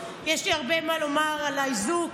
יש לי הרבה מה לומר על האיזוק,